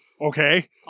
Okay